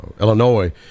Illinois